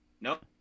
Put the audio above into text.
Nope